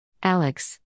Alex